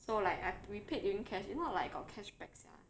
so like I we paid using cash if not like got cashback sia